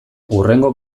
hurrengo